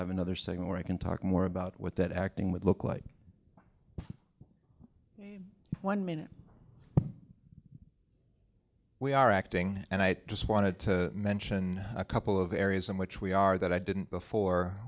i have another saying or i can talk more about what that acting would look like one minute we are acting and i just wanted to mention a couple of the areas in which we are that i didn't before